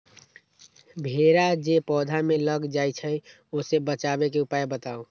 भेरा जे पौधा में लग जाइछई ओ से बचाबे के उपाय बताऊँ?